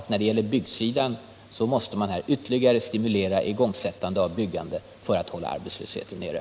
Men igångsättandet av byggande måste ytterligare stimuleras för att byggarbetslösheten skall hållas nere.